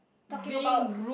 talking about